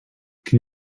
can